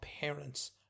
parents